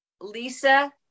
Lisa